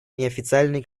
неофициальных